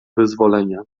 wyzwolenia